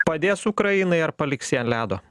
padės ukrainai ar paliks ją an ledo